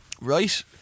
right